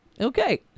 Okay